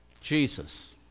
Jesus